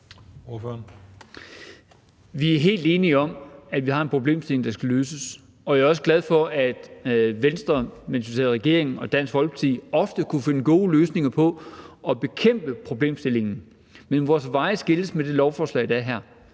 Vi er helt enige om, at vi har en problemstilling, der skal løses. Jeg er også glad for, at Venstre, mens vi sad i regering, og Dansk Folkeparti ofte kunne finde gode løsninger og dermed bekæmpe problemstillingen. Men vores veje skilles med det beslutningsforslag, der er